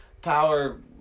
Power